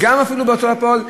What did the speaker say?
אפילו בהוצאה לפועל,